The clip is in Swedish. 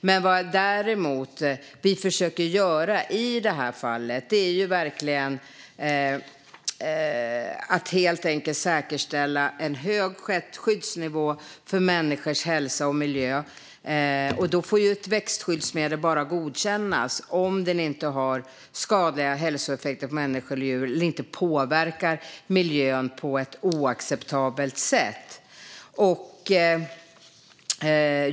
Vad vi däremot försöker göra i det här fallet är att säkerställa en hög skyddsnivå för människors hälsa och miljö. Ett växtskyddsmedel får godkännas bara om det inte har skadliga hälsoeffekter på människor eller djur och inte påverkar miljön på ett oacceptabelt sätt.